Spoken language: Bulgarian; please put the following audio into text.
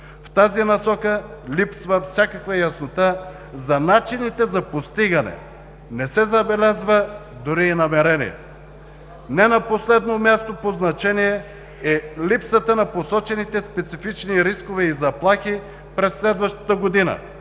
В тази насока липсва всякаква яснота за начините за постигане, не се забелязва дори и намерение. Не на последно място по значение е липсата на посочените специфични рискове и заплахи през следващата година